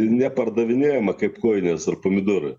nepardavinėjama kaip kojinės ar pomidorai